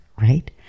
right